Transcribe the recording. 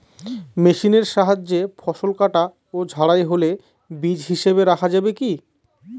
মেশিনের সাহায্যে ফসল কাটা ও ঝাড়াই হলে বীজ হিসাবে রাখা যাবে কি?